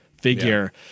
figure